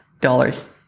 dollars